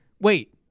wait